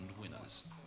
winners